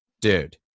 dude